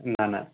نہ نہ